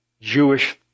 Jewish